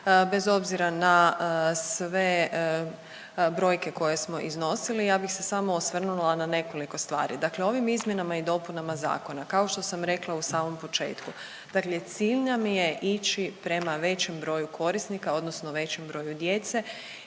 bez obzira na sve brojke koje smo iznosili ja bih se samo osvrnula na nekoliko stvari. Dakle, ovim izmjenama i dopunama zakona kao što sam rekla u samom početku, dakle cilj nam je ići prema većem broju korisnika odnosno većem broju djece,